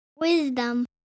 Wisdom